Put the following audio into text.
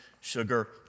sugar